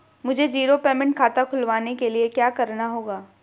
मुझे zero payment खाता खुलवाने के लिए क्या करना होगा?